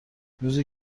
روزی